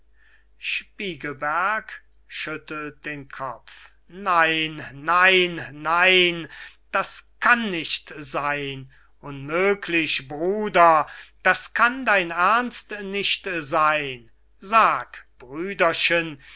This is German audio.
kopf nein nein nein das kann nicht seyn unmöglich bruder das kann dein ernst nicht seyn sag brüderchen